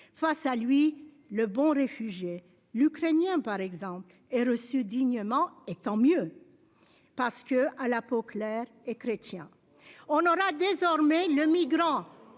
Face à lui le bon réfugiés l'Ukrainien par exemple et reçu dignement et tant mieux. Parce que à la peau claire et chrétien on aura désormais le migrant